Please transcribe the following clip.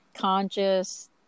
conscious